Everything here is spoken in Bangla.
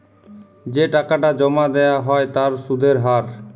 যে টাকাটা জমা দেয়া হ্য় তার সুধের হার